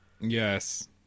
Yes